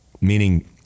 meaning